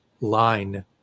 line